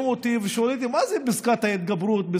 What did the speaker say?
אותי ושואלים אותי מה זה פסקת ההתגברות.